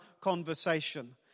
conversation